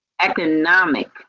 economic